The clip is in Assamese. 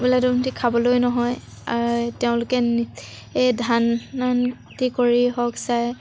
দুবেলা দুমুঠি খাবলৈ নহয় তেওঁলোকে ধানখেতি কৰি হওক চাই